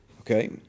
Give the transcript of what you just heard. Okay